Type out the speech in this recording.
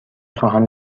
خواهم